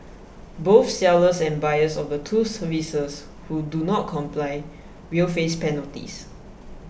both sellers and buyers of the two services who do not comply will face penalties